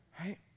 right